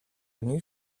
new